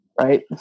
Right